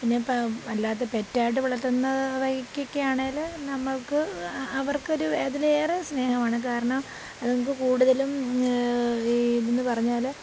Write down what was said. പിന്നെ അല്ലാതെ പെറ്റായിട്ട് വളർത്തുന്നത് അവയ്ക്കൊക്കെ ആണേൽ നമ്മൾക്ക് അവർക്കൊരു ഏറെ സ്നേഹമാണ് കാരണം അത്ങ്ങൾക്ക് കൂടുതലും ഇതെന്ന് പറഞ്ഞാൽ